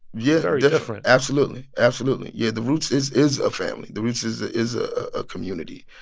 yeah. very different absolutely. absolutely. yeah, the roots is is a family. the roots is a is ah a community.